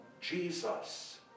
Jesus